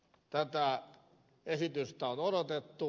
tätä esitystä on odotettu